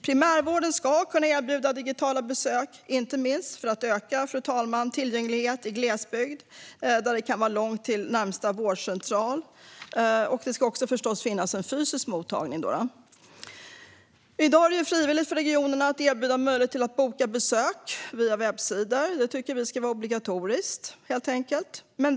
Primärvården ska kunna erbjuda digitala besök, fru talman, inte minst för att öka tillgängligheten i glesbygd, där det kan vara långt till närmaste vårdcentral. Det ska förstås också finnas en fysisk mottagning. I dag är det frivilligt för regionerna att erbjuda möjlighet att boka besök via webbsidor. Det tycker vi helt enkelt ska vara obligatoriskt.